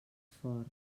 fort